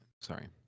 Sorry